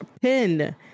pin